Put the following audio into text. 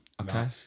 Okay